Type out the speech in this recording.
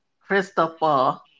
Christopher